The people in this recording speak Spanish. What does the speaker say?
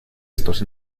estos